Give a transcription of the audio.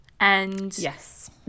Yes